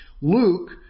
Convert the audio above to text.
Luke